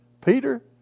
Peter